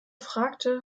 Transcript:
fragte